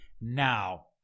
now